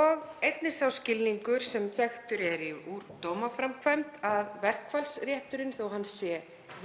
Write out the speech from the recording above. og einnig sá skilningur sem þekktur er úr dómaframkvæmd að verkfallsrétturinn, þó að hann sé